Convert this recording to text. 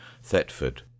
thetford